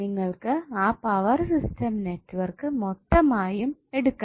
നിങ്ങൾക്ക് ആ power system network മൊത്തമായും എടുക്കണം